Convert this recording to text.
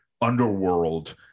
underworld